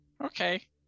Okay